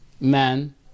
man